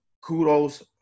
kudos